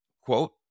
Quote